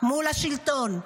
מול השלטון.